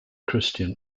christian